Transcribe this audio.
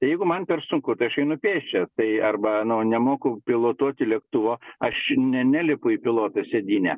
tai jeigu man per sunku tai aš einu pėsčias tai arba nu nemoku pilotuoti lėktuvo aš ne nelipu į piloto sėdynę